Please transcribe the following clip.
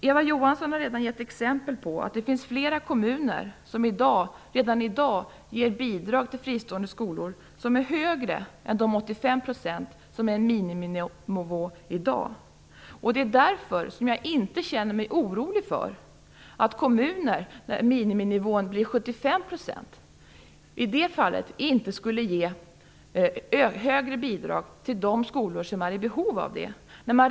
Eva Johansson har redan gett exempel på att det finns flera kommuner som redan i dag ger bidrag till fristående skolor som är högre än de 85 % som är en miniminivå i dag. Det är därför som jag inte känner mig orolig för att kommuner inte skulle ge högre bidrag till de skolor som är i behov av det när miniminivån blir 75 %.